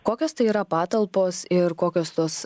kokios tai yra patalpos ir kokios tos